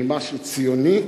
של משהו ציוני,